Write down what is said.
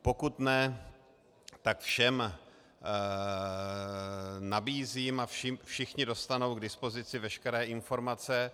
Pokud ne, tak všem nabízím a všichni dostanou k dispozici veškeré informace.